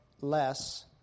less